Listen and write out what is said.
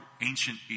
ancient